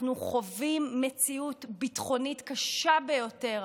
אנחנו חווים מציאות ביטחונית קשה ביותר.